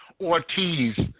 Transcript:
Ortiz